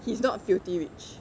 he's not filthy rich